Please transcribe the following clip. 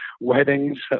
weddings